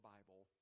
Bible